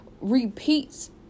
repeats